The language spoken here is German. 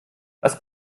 das